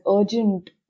urgent